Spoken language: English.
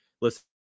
listen